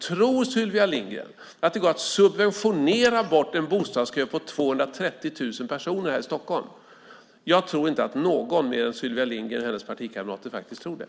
Tror Sylvia Lindgren att det går att subventionera bort en bostadskö på 230 000 personer här i Stockholm? Jag tror inte att någon mer än Sylvia Lindgren och hennes partikamrater faktiskt tror det.